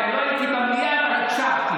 לא הייתי במליאה, אבל הקשבתי.